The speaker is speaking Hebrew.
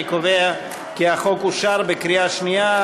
אני קובע כי הצעת החוק התקבלה בקריאה שנייה.